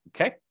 okay